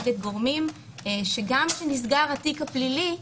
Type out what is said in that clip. נגד גורמים שגם אם נסגר התיק הפלילי,